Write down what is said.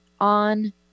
on